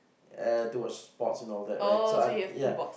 uh to watch sports and all that right so I'm ya